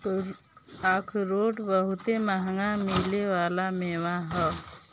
अखरोट बहुते मंहगा मिले वाला मेवा ह